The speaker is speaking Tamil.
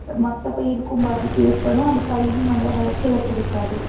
மற்றப்பயிர்க்கும் பாதிப்பு ஏற்படும் அந்த பயிரும் நல்லா விளைச்சல கொடுக்காது